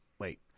wait